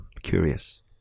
curious